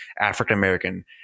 African-American